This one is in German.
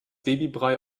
babybrei